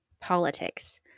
politics